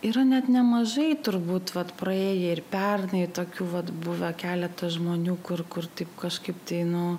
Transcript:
yra net nemažai turbūt vat praėję ir pernai tokių vat buvo keletas žmonių kur kur taip kažkaip tai nu